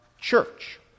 church